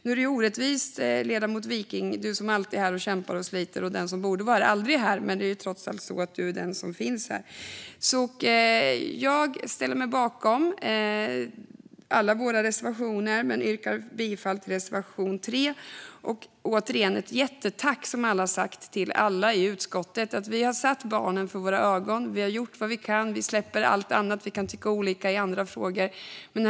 Det känns orättvist mot ledamoten Wiking som alltid är här och sliter, medan den som borde vara här aldrig är här. Men det är trots allt så att Mats Wiking är den som finns här. Jag ställer mig bakom alla våra reservationer men yrkar bifall endast till reservation 3. Jag vill säga jättetack till oss alla i utskottet för att vi har haft barnen för våra ögon. Vi har gjort vad vi kan. Vi kan tycka olika i andra frågor, men vi släpper allt annat.